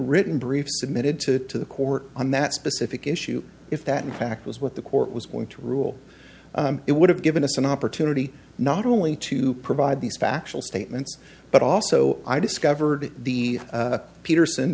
written briefs submitted to the court on that specific issue if that in fact was what the court was going to rule it would have given us an opportunity not only to provide these factual statements but also i discovered the peterson